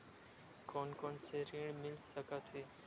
कोन कोन से ऋण मिल सकत हे?